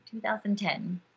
2010